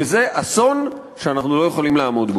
וזה אסון שאנחנו לא יכולים לעמוד בו.